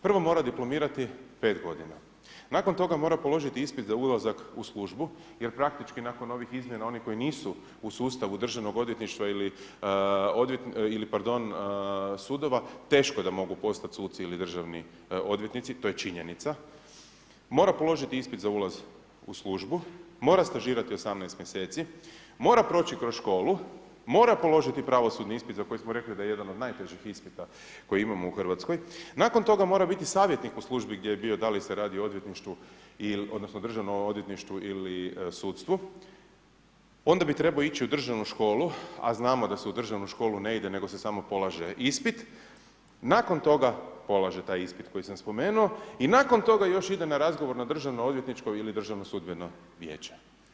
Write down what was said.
Prvo mora diplomirati 5 godina, nakon toga mora položiti ispit za ulazak u službu jer praktički nakon ovih izmjena oni koji nisu u sustavu državnog odvjetništva ili pardon sudova, teško da mogu postati suci ili državni odvjetnici, to je činjenica, mora položiti ispit za ulaz u službu, mora stažirati 18 mjeseci, mora proći kroz školu, mora položiti pravosudni ispit za koji smo rekli da je jedan od najtežih ispita koje imamo u RH, nakon toga mora biti savjetnik u službi gdje bio, da li se radi o odvjetništvu odnosno državnom odvjetništvu ili sudstvu, onda bi trebao ići u državnu školu, a znamo da se u državnu školu ne ide nego se samo polaže ispit, nakon toga polaže taj ispit koji sam spomenuo i nakon toga još ide na razgovor na državno odvjetničko ili državno sudbeno vijeće.